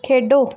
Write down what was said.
ਖੇਡੋ